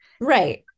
right